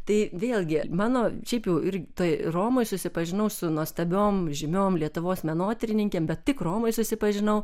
tai vėlgi mano šiaip jau ir tai romoje susipažinau su nuostabiom žymiom lietuvos menotyrininkėm bet tik romoj susipažinau